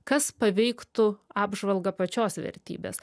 kas paveiktų apžvalgą pačios vertybės